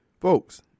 folks